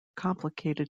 complicated